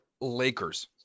Lakers